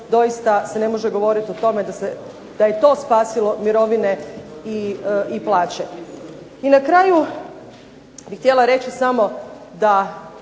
doista se ne može govoriti o tome da je to spasilo mirovine i plaće. I na kraju bih htjela reći samo da